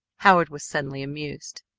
howard was suddenly amused.